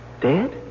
Dead